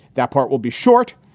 that part will be short.